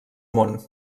món